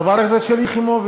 חברת הכנסת שלי יחימוביץ,